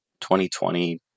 2020